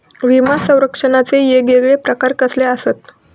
विमा सौरक्षणाचे येगयेगळे प्रकार कसले आसत?